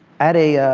at a